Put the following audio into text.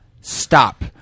Stop